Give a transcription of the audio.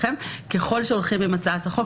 ככל שהולכים עם הצעת החוק,